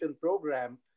program